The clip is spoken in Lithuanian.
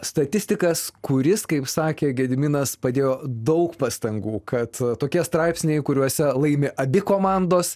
statistikas kuris kaip sakė gediminas padėjo daug pastangų kad tokie straipsniai kuriuose laimi abi komandos